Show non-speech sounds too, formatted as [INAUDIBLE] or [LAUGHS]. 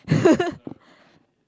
[LAUGHS]